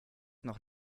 noch